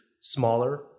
smaller